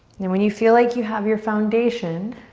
and when you feel like you have your foundation,